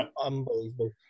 unbelievable